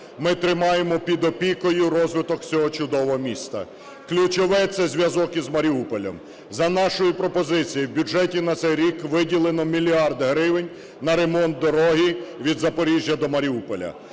ми тримаємо під опікою розвиток цього чудового міста. Ключове – це зв'язок із Маріуполем. За нашою пропозицією в бюджеті на цей рік виділено мільярд гривень на ремонт дороги від Запоріжжя до Маріуполя.